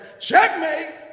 Checkmate